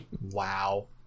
wow